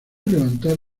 levantar